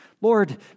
Lord